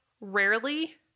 rarely